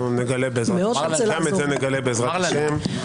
גם את זה נגלה בעזרת השם.